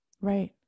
Right